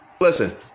Listen